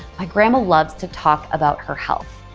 my grandma loves to talk about her health.